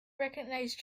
recognized